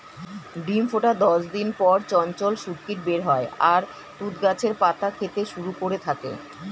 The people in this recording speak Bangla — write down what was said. ডিম ফোটার দশ দিন পর চঞ্চল শূককীট বের হয় আর তুঁত গাছের পাতা খেতে শুরু করে থাকে